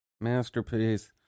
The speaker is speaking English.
Masterpiece